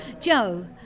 Joe